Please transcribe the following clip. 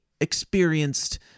experienced